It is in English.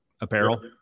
apparel